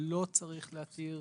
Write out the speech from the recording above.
שלא צריך להתיר